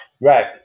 Right